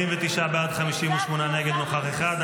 49 בעד, 58 נגד, נוכח אחד.